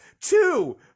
Two